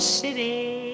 city